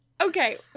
Okay